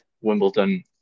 Wimbledon